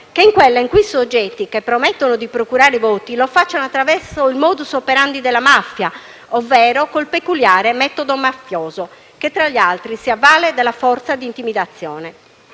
che in quella in cui i soggetti che promettono di procurare voti lo facciano attraverso il *modus operandi* della mafia, ovvero col peculiare metodo mafioso, che, tra gli altri, si avvale della forza di intimidazione.